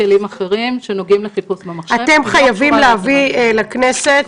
שנוגעים לחיפוש במחשב --- אתם חייבים להביא לכנסת,